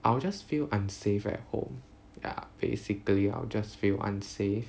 I will just feel unsafe at home ya basically I'll just feel unsafe